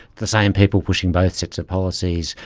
the same people pushing both sets of policies,